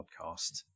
podcast